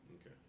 Okay